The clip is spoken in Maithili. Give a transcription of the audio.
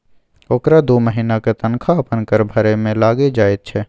ओकरा दू महिनाक तनखा अपन कर भरय मे लागि जाइत छै